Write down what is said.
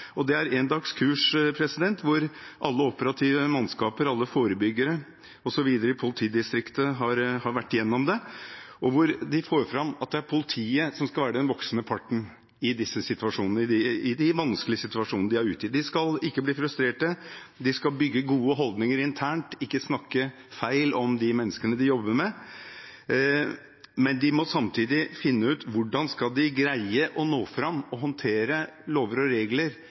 Det er et endagskurs som alle operative mannskaper, alle forebyggere osv. i politidistriktet har vært gjennom, og hvor man får fram at det er politiet som skal være den voksne parten i disse situasjonene, i de vanskelige situasjonene de er ute i. De skal ikke bli frustrerte, de skal bygge gode holdninger internt, ikke snakke feil om menneskene de jobber med, men de må samtidig finne ut hvordan de skal greie å nå fram og håndtere lover og regler